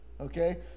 Okay